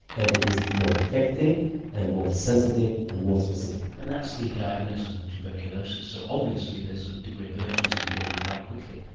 and it is more effective and more sensitive and more specific. and that's the diagnosis of tuberculosis, so obviously there is a degree of urgency in getting it right quickly.